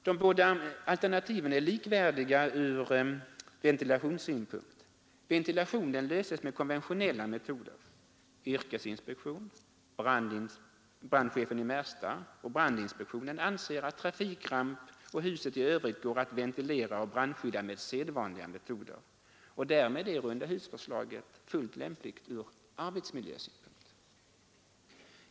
De båda alternativen är likvärdiga ur ventilationssynpunkt. Ventilationen löses med konventionella metoder. Yrkesinspektionen, brandchefen i Märsta och brandinspektionen anser att trafikramp och huset i övrigt går att ventilera och brandskydda med sedvanliga metoder, och därmed är rundahusförslaget fullt lämpligt ur arbetsmiljösynpunkt.